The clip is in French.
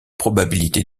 probabilités